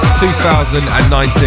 2019